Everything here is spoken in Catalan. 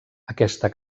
aquesta